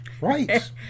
Right